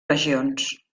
regions